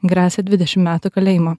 gresia dvidešim metų kalėjimo